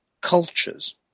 cultures